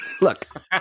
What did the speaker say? Look